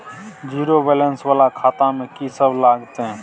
Zero balance वाला खाता में की सब लगतै?